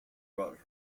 brought